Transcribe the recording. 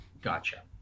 Gotcha